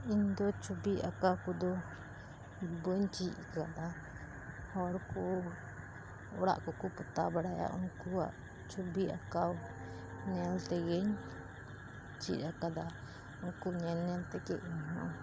ᱤᱧ ᱫᱚ ᱪᱷᱚᱵᱤ ᱟᱸᱠᱟᱣ ᱠᱚᱫᱚ ᱵᱟᱹᱧ ᱪᱮᱫ ᱠᱟᱫᱟ ᱦᱚᱲ ᱠᱚ ᱚᱲᱟᱜ ᱠᱚᱠᱚ ᱯᱚᱛᱟᱣ ᱵᱟᱲᱟᱭᱟ ᱩᱱᱠᱩᱣᱟᱜ ᱪᱷᱚᱵᱤ ᱟᱸᱠᱟᱣ ᱧᱮᱞ ᱛᱮᱜᱮᱧ ᱪᱮᱫ ᱟᱠᱟᱫᱟ ᱩᱝᱠᱩ ᱧᱮᱞ ᱧᱮᱞ ᱛᱮᱜᱮ ᱤᱧ ᱦᱚᱸ